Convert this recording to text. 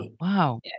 Wow